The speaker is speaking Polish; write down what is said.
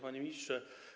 Panie Ministrze!